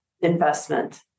investment